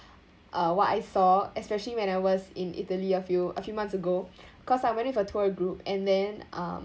uh what I saw especially when I was in italy a few a few months ago cause I went in for tour group and then um